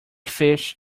fish